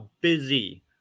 busy